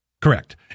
Correct